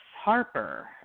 Harper